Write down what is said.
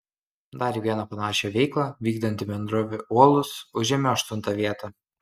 dar viena panašią veiklą vykdanti bendrovė uolus užėmė aštuntą vietą